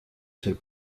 ser